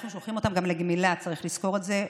אנחנו שולחים אותם גם לגמילה, וצריך לזכור את זה.